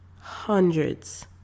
Hundreds